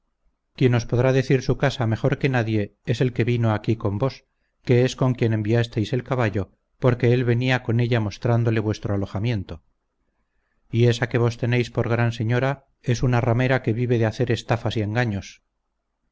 quien os podrá decir su casa mejor que nadie es el que vino aquí con vos que es con quien enviasteis el caballo porque él venía con ella mostrándole vuestro alojamiento y esa que vos tenéis por gran señora es una ramera que vive de hacer estafas y engaños